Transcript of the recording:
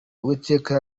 uwiteka